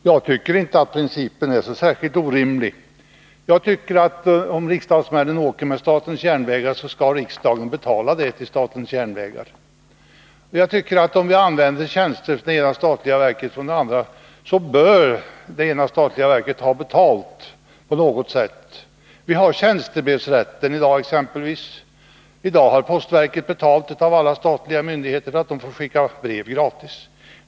Herr talman! Jag tycker inte att principen är så särskilt orimlig. Om riksdagsmännen reser med statens järnvägar, så skall riksdagen betala härför till statens järnvägar. Om det ena statliga verket använder tjänster av det andra verket, så bör det statliga verk som gör tjänsten ta betalt på något sätt. Vi har i dag exempelvis tjänstebrevsrätten. Postverket tar betalt av alla statliga myndigheter för att de får skicka brev ”gratis”.